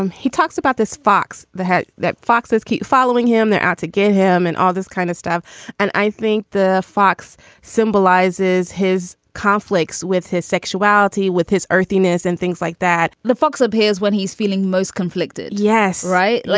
um he talks about this fox, the head that foxes keep following him. they're out to get him and all this kind of stuff and i think the fox symbolizes his conflicts with his sexuality, with his earthiness and things like that the fox appears when he's feeling most conflicted. yes. right. like